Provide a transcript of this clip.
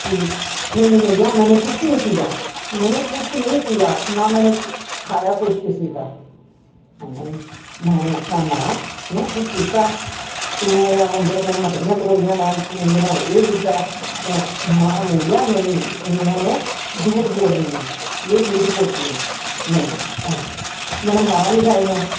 कि नेईं मैया मैने कुछ निं किया मैने कुछ निं किया ना मैने खाया कुछ किसी का नेईं मां ने आखना नां क्यों तूं कीता ऐ तूं उं'दे नाल मटकियां तोड़ियां न तूं उं'दे नाल एह् कीता ऐ मैया नही एह् इनो ने झूठ बोल रही हैं यह झूठ बोलती नेईं अच्छा मैने मारां बी खाई हैं